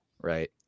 Right